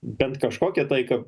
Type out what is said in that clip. bent kažkokią taiką